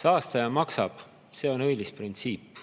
Saastaja maksab – see on õilis printsiip,